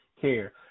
care